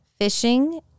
fishing